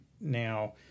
now